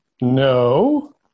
No